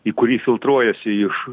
į kurį filtruojasi iš